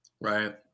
Right